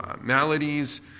maladies